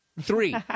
Three